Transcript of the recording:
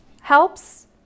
helps